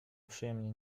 przyjemnie